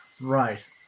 Right